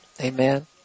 Amen